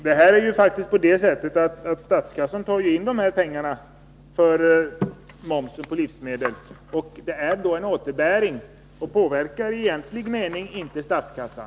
Herr talman! Det är faktiskt på det sättet att staten tar in pengarna till den här återbäringen via momsen på livsmedel, så detta påverkar egentligen inte statskassan.